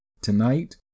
Tonight